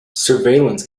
surveillance